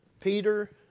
Peter